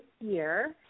year